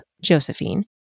Josephine